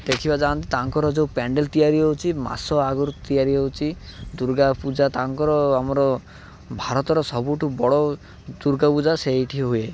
ଦେଖିବା ଯାଆନ୍ତି ତାଙ୍କର ଯେଉଁ ପେଣ୍ଡାଲ ତିଆରି ହେଉଛି ମାସ ଆଗୁରୁ ତିଆରି ହେଉଛି ଦୁର୍ଗା ପୂଜା ତାଙ୍କର ଆମର ଭାରତର ସବୁଠୁ ବଡ଼ ଦୁର୍ଗା ପୂଜା ସେଇଠି ହୁଏ